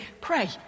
pray